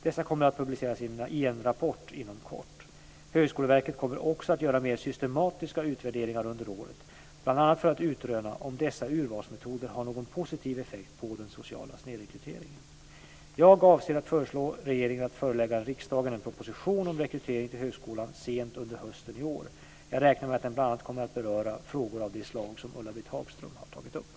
Dessa kommer att publiceras i en rapport inom kort. Högskoleverket kommer också att göra mera systematiska utvärderingar under året, bl.a. för att utröna om dessa urvalsmetoder har någon positiv effekt på den sociala snedrekryteringen. Jag avser att föreslå regeringen att förelägga riksdagen en proposition om rekrytering till högskolan sent under hösten i år. Jag räknar med att den bl.a. kommer att beröra frågor av det slag som Ulla-Britt Hagström har tagit upp.